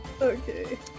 Okay